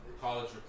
college